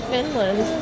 Finland